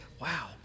Wow